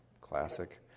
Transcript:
classic